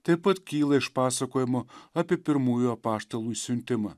taip pat kyla iš pasakojimo apie pirmųjų apaštalų išsiuntimą